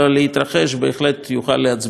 בהחלט אפשר להצביע כאן על פער